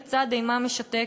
לצד אימה משתקת.